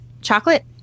chocolate